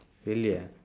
really ah